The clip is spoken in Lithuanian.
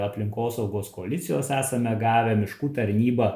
aplinkosaugos koalicijos esame gavę miškų tarnyba